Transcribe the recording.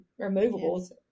removables